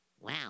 Wow